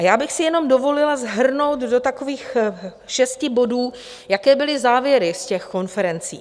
Já bych si jenom dovolila shrnout do takových šesti bodů, jaké byly závěry z těch konferencí.